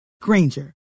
Granger